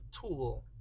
tool